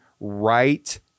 right